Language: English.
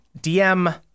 DM